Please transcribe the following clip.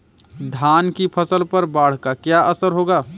धान की फसल पर बाढ़ का क्या असर होगा?